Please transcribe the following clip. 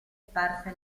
sparse